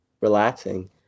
relaxing